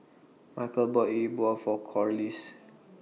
Michal bought Yi Bua For Corliss